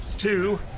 Two